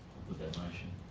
put that motion.